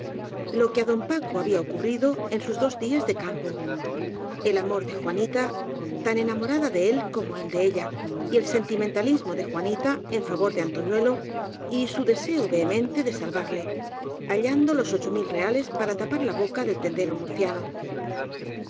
lo que á don paco había ocurrido en sus dos días de campo el amor de juanita tan enamorada de él como él de ella y el sentimentalismo de juanita en favor de antoñuelo y su deseo vehemente de sal varle hallando los ocho mil reales para tapar la boca del tendero murciano